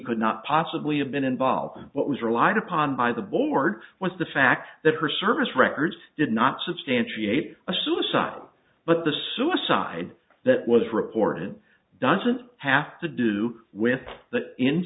could not possibly have been involved in what was relied upon by the board was the fact that her service records did not substantiate a suicide but the suicide that was reported doesn't have to do with the in